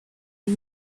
une